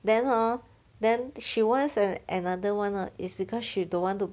then hor then she wants uh another [one] hor it's because she don't want to burst that twenty gig uh twenty five gig